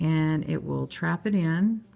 and it will trap it in.